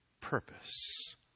purpose